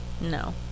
No